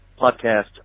podcast